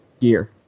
gear